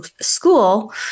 school